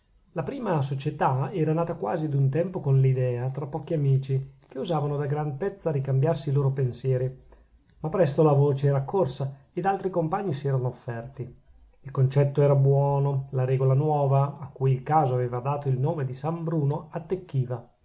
la prima società era nata quasi ad un tempo con l'idea tra pochi amici che usavano da gran pezza ricambiarsi i loro pensieri ma presto la voce era corsa ed altri compagni si erano offerti il concetto era buono la regola nuova a cui il caso aveva dato il nome di san bruno attecchiva